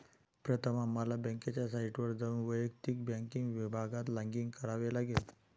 प्रथम आम्हाला बँकेच्या साइटवर जाऊन वैयक्तिक बँकिंग विभागात लॉगिन करावे लागेल